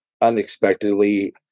unexpectedly